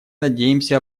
надеемся